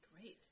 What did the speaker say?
Great